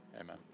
amen